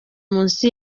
munsi